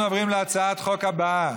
אנחנו עוברים להצעת החוק הבאה: